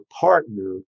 partner